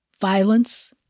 Violence